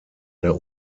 der